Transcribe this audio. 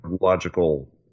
logical